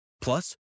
Plus